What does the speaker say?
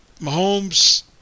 Mahomes